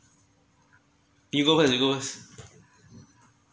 you go first you go first